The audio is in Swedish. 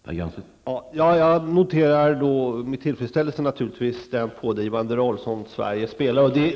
Herr talman! Jag noterar naturligtvis med tillfredsställelse den pådrivande roll som Sverige spelar.